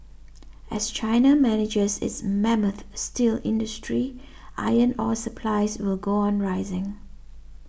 as China manages its mammoth steel industry iron ore supplies will go on rising